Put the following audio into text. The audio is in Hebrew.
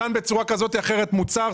נתן בצורה כזאת ואחרת מוצר,